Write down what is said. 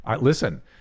Listen